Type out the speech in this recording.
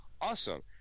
Awesome